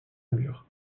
mur